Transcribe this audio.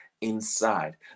inside